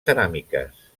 ceràmiques